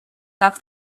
that